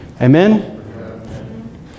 Amen